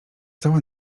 cała